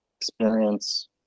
experience